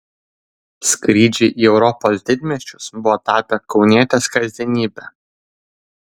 skrydžiai į europos didmiesčius buvo tapę kaunietės kasdienybe